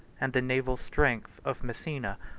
and the naval strength, of messina,